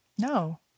No